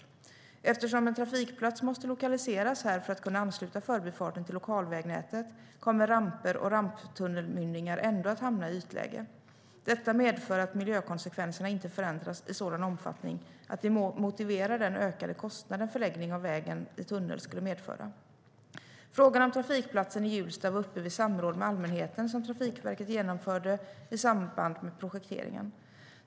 Eftersom en trafikplats måste lokaliseras här för att kunna ansluta Förbifarten till lokalvägnätet kommer ramper och ramptunnelmynningar ändå att hamna i ytläge. Detta medför att miljökonsekvenserna inte förändras i sådan omfattning att det motiverar den ökade kostnad en förläggning av vägen i tunnel skulle medföra.Frågan om trafikplatsen i Hjulsta var uppe vid samråd med allmänheten som Trafikverket genomförde i samband med projekteringen.